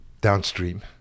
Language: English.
downstream